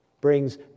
Brings